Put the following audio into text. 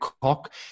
cock